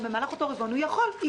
דהיינו, יגבו את הגבייה הרבעונית שוב.